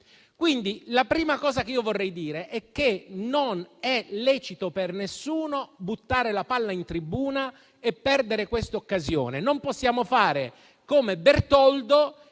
La prima cosa che vorrei dire è che non è lecito per nessuno buttare la palla in tribuna e perdere questa occasione. Non possiamo fare come Bertoldo